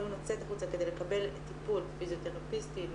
אני אחזיק את הטלפון הזה,